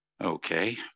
Okay